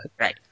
Right